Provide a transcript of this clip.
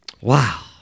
Wow